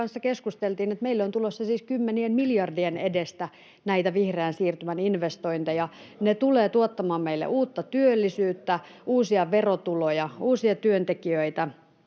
meille on tulossa siis kymmenien miljardien edestä näitä vihreän siirtymän investointeja. [Petri Hurun välihuuto] Ne tulevat tuottamaan meille uutta työllisyyttä, uusia verotuloja, uusia työntekijöitä,